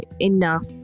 enough